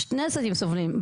שני הצדדים סובלים.